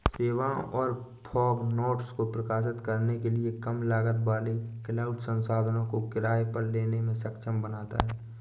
सेवाओं और fog nodes को प्रकाशित करने के लिए कम लागत वाले क्लाउड संसाधनों को किराए पर लेने में सक्षम बनाता है